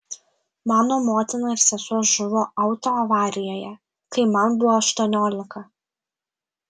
mano motina ir sesuo žuvo autoavarijoje kai man buvo aštuoniolika